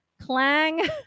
Clang